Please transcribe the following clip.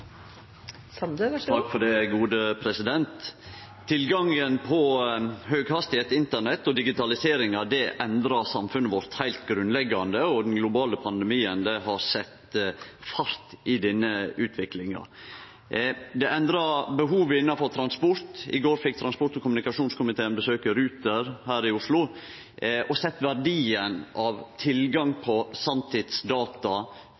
Tilgangen på høghastigheits internett og digitaliseringa endrar samfunnet vårt heilt grunnleggjande, og den globale pandemien har sett fart i denne utviklinga. Det endrar behovet innanfor transport. I går fekk transport- og kommunikasjonskomiteen besøke Ruter her i Oslo og sjå verdien av tilgang